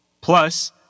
Plus